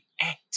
act